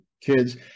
kids